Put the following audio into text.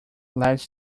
less